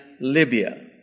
Libya